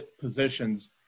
positions